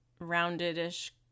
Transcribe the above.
rounded-ish